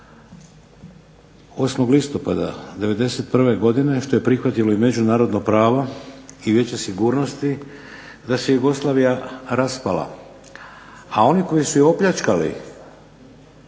8. listopada '91. godine što je prihvatilo i međunarodno pravo i Vijeće sigurnosti da se Jugoslavija raspala, a oni koji su je opljačkali